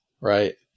right